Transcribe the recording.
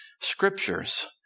scriptures